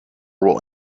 will